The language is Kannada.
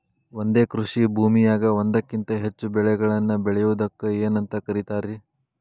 ಒಂದೇ ಕೃಷಿ ಭೂಮಿಯಾಗ ಒಂದಕ್ಕಿಂತ ಹೆಚ್ಚು ಬೆಳೆಗಳನ್ನ ಬೆಳೆಯುವುದಕ್ಕ ಏನಂತ ಕರಿತಾರಿ?